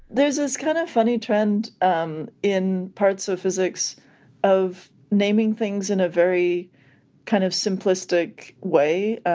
there's this kind of funny trend um in parts of physics of naming things in a very kind of simplistic way,